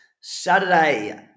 Saturday